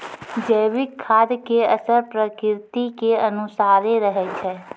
जैविक खाद के असर प्रकृति के अनुसारे रहै छै